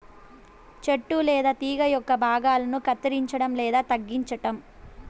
చెట్టు లేదా తీగ యొక్క భాగాలను కత్తిరించడం లేదా తగ్గించటం